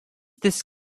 this